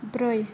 ब्रै